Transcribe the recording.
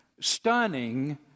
stunning